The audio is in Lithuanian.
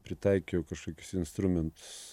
pritaikiau kažkokius instrumentus